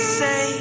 say